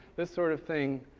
this sort of thing